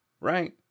Right